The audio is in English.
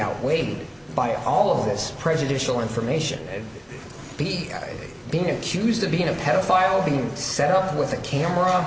outweighed by all of this prejudicial information be being accused of being a pedophile being set up with a camera